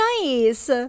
nice